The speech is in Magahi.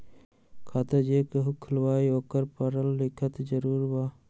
खाता जे केहु खुलवाई ओकरा परल लिखल जरूरी वा?